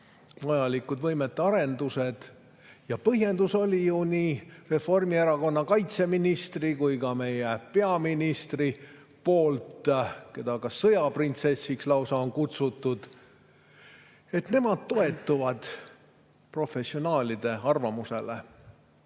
võimete arendused. Ja põhjendus oli ju nii Reformierakonna kaitseministri kui ka meie peaministri poolt, keda lausa sõjaprintsessiks on kutsutud, et nemad toetuvad professionaalide arvamusele.